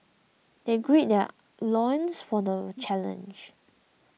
they gird their loins for the challenge